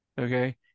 okay